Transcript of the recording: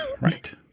Right